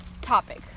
topic